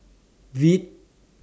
Veet